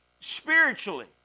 spiritually